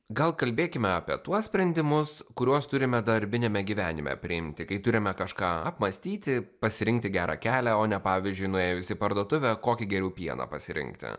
gal kalbėkime apie tuos sprendimus kuriuos turime darbiniame gyvenime priimti kai turime kažką apmąstyti pasirinkti gerą kelią o ne pavyzdžiui nuėjus į parduotuvę kokį geriau pieną pasirinkti